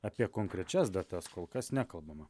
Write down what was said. apie konkrečias datas kol kas nekalbama